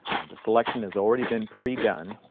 and the selection has already been pre-done.